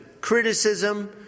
criticism